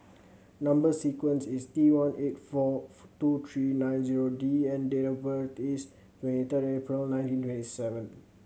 number sequence is T one eight four two three nine zero D and date of birth is twenty third April nineteen twenty seven